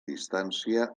distància